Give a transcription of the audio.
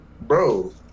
bro